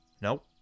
Nope